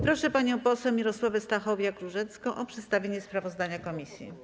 Proszę panią poseł Mirosławę Stachowiak-Różecką o przedstawienie sprawozdania komisji.